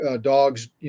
dogs